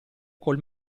col